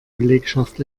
belegschaft